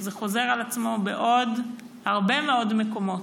זה חוזר על עצמו בעוד הרבה מקומות,